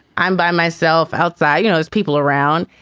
i'm by myself outside you know, there's people around.